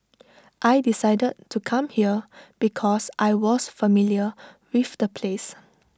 I decided to come here because I was familiar with the place